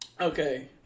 okay